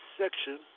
section